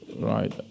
Right